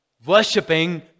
Worshipping